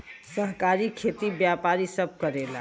सहकारी खेती व्यापारी सब करेला